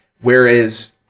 whereas